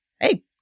Hey